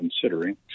considering